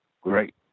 great